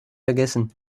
vergessen